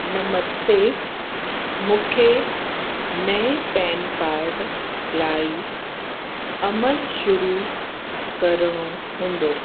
नमस्ते मूंखे नए pan card लाइ अमल शुरु करिणो हूंदो